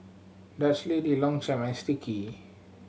Dutch Lady Longchamp and Sticky